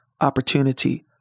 opportunity